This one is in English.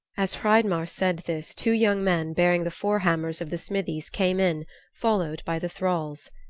as hreidmar said this two young men bearing the forehammers of the smithies came in followed by the thralls.